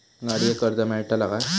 गाडयेक कर्ज मेलतला काय?